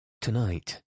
Tonight